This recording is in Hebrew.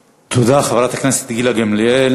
תודה, חברת הכנסת גילה גמליאל.